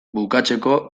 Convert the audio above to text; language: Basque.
bukatzeko